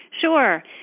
Sure